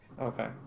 Okay